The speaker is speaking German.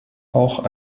auch